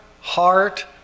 heart